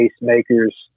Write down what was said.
makers